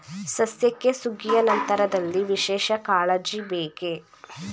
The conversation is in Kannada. ಸಸ್ಯಕ್ಕೆ ಸುಗ್ಗಿಯ ನಂತರದಲ್ಲಿ ವಿಶೇಷ ಕಾಳಜಿ ಬೇಕೇ?